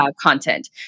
content